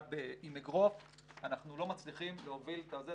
עם אגרוף אנחנו לא מצליחים להוביל את זה.